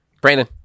Brandon